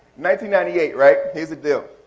ninety ninety eight, right? here's the deal.